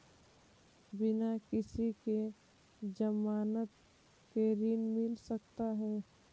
बिना किसी के ज़मानत के ऋण मिल सकता है?